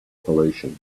pollution